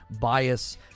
bias